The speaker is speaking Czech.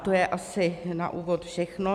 To je asi na úvod všechno.